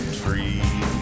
tree